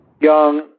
young